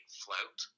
float